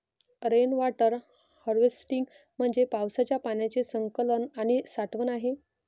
rain water harvesting म्हणजे पावसाच्या पाण्याचे संकलन आणि साठवण आहे